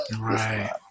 Right